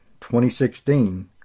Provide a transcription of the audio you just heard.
2016